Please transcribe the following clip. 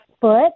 foot